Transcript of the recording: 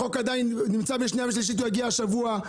החוק עדיין נמצא בשנייה ושלישית, הוא יגיע השבוע.